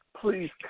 please